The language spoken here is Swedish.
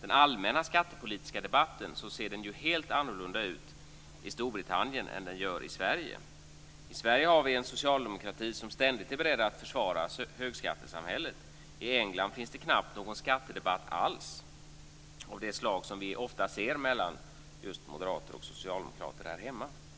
den allmänna skattepolitiska debatten ser helt annorlunda ut i Storbritannien än i Sverige. I Sverige har vi en socialdemokrati som ständigt är beredd att försvara högskattesamhället. I England finns det knappt någon skattedebatt alls av det slag som vi ofta ser mellan just moderater och socialdemokrater här hemma.